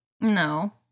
No